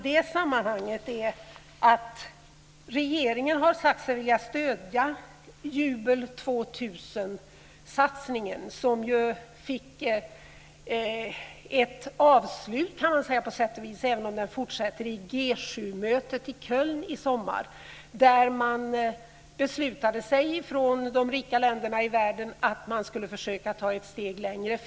I det sammanhanget har regeringen sagt sig vilja stödja Jubel 2000-satsningen, som ju fick ett avslut som så att säga även om det fortsätter i G 7-mötet i Köln i sommar. Man beslutade sig från de rika länderna i världen att man skulle försöka ta ett steg längre.